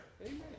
Amen